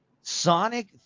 Sonic